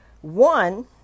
One